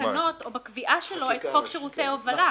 בתקנות או בקביעה שלו את חוק שירותי הובלה.